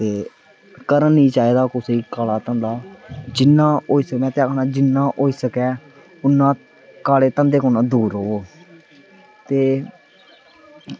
ते करन निं चाहिदा कुसै गी काला धंधा ते जिन्ना होई सकै आक्खां जिन्ना होई सकै उन्ना काले धंधे कोला दूर रवेओ ते